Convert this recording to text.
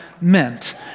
meant